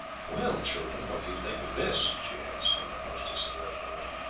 well, children, what do you think of this? she asked when their hostess had left the room.